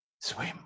Swim